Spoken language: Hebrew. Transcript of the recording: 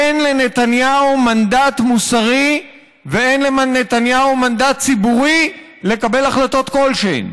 אין לנתניהו מנדט מוסרי ואין לנתניהו מנדט ציבורי לקבל החלטות כלשהן,